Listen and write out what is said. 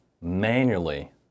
manually